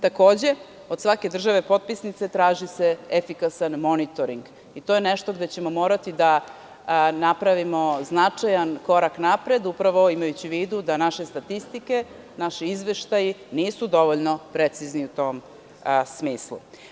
Takođe, od svake države potpisnice traži se efikasan monitoring i to je nešto gde ćemo morati da napravimo značajan korak napred, upravo imajući u vidu da naše statistike, naši izveštaji nisu dovoljno precizni u tom smislu.